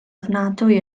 ofnadwy